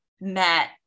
met